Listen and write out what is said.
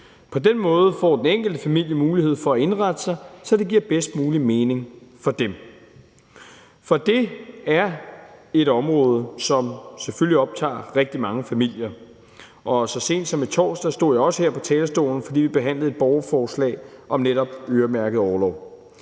På den måde får den enkelte familie mulighed for at indrette sig, så det giver bedst mulig mening for dem. For det er et område, som selvfølgelig optager rigtig mange familier. Og så sent som i torsdags stod jeg også her på talerstolen, fordi vi behandlede et borgerforslag om netop øremærket orlov.